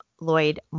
Lloyd